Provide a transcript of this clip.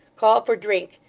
call for drink!